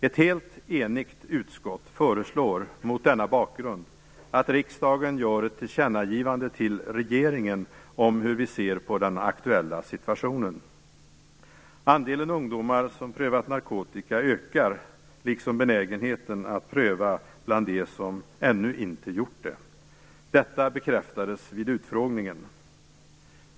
Ett helt enigt utskott föreslår mot denna bakgrund att riksdagen gör ett tillkännagivande till regeringen om hur vi ser på den aktuella situationen. Andelen ungdomar som prövat narkotika ökar liksom benägenheten att pröva bland dem som ännu inte gjort det. Detta bekräftades vid utfrågningen.